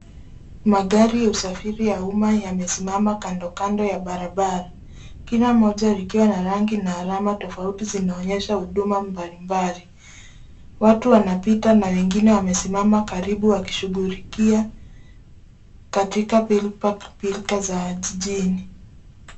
Magari y usafiri ya umma yamesimama kando kando ya barabara, kila moja likiwa na rangi na alama tofauti zinaonyesha huduma mbalimbali. Watu wanapita na wengine wameismama karibu wakishugulikia katika pilkapilka za jijini.